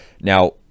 now